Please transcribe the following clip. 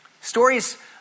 Stories